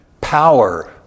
Power